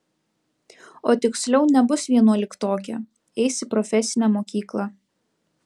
o tiksliau nebus vienuoliktokė eis į profesinę mokyklą